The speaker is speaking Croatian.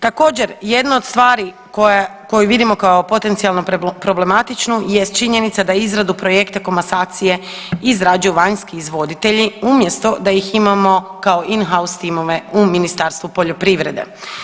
Također jedna od stvari koju vidimo kao potencijalno problematičnu jest činjenica da izradu projekta komasacije izrađuju vanjski izvoditelji umjesto da ih imamo kao in-hous timove u Ministarstvu poljoprivrede.